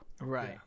Right